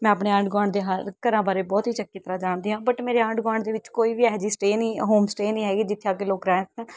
ਮੈਂ ਆਪਣੇ ਆਂਢ ਗੁਆਂਢ ਦੇ ਹਰ ਘਰਾਂ ਬਾਰੇ ਬਹੁਤ ਹੀ ਚੰਗੀ ਤਰ੍ਹਾਂ ਜਾਣਦੀ ਹਾਂ ਬਟ ਮੇਰੇ ਆਂਢ ਗੁਆਂਢ ਦੇ ਵਿੱਚ ਕੋਈ ਵੀ ਇਹ ਜਿਹੀ ਸਟੇਅ ਨਹੀਂ ਹੋਮ ਸਟੇਅ ਨਹੀਂ ਹੈਗੀ ਜਿੱਥੇ ਆ ਕੇ ਲੋਕ ਰਹਿਣ